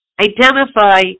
identify